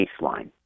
baseline